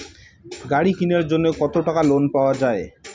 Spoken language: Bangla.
গাড়ি কিনার জন্যে কতো টাকা লোন পাওয়া য়ায়?